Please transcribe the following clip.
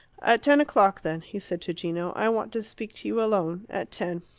at ten o'clock, then, he said to gino. i want to speak to you alone. at ten.